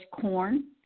corn